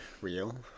real